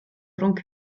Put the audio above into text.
rhwng